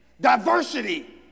diversity